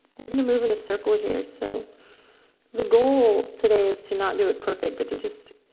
we're going to move in a circle here, so the goal today is to not do it perfect but to just